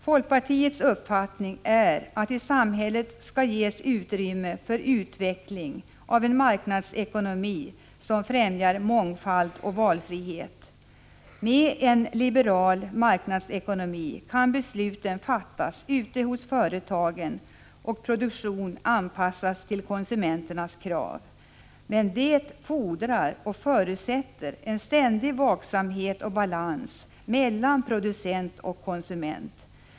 Folkpartiets uppfattning är att det i samhället skall finnas utrymme för utveckling av en marknadsekonomi som främjar mångfald och valfrihet. Med en liberal marknadsekonomi kan besluten fattas ute hos företagen och produktionen anpassas till konsumenternas krav. Men det fordrar och förutsätter en ständig vaksamhet och balans mellan producent och konsument.